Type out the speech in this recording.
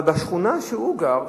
אבל בשכונה שהוא גר,